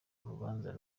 urubanza